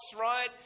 right